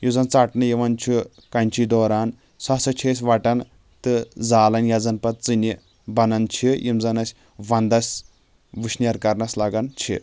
یُس زَن ژَٹنہٕ یِوان چھُ کیٚنٛچی دوران سُہ ہسا چھِ أسۍ وَٹان تہٕ زالان یَتھ زَن پَتہٕ ژِنہِ بَنان چھِ یِم زَن اَسہِ وَنٛدَس وُشنیرکرنَس لگان چھِ